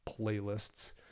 playlists